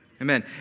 Amen